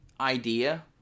idea